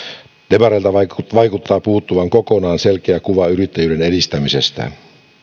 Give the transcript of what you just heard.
demareilta vaikuttaa vaikuttaa puuttuvan kokonaan selkeä kuva yrittäjyyden edistämisestä